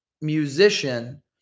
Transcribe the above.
musician